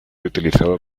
utilizado